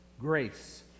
grace